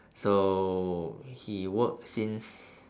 so he work since